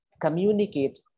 communicate